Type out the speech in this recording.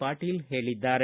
ಪಾಟೀಲ ಹೇಳಿದ್ದಾರೆ